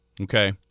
Okay